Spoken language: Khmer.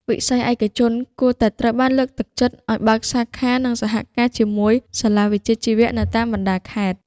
វិស័យឯកជនគួរតែត្រូវបានលើកទឹកចិត្តឱ្យបើកសាខានិងសហការជាមួយសាលាវិជ្ជាជីវៈនៅតាមបណ្ដាខេត្ត។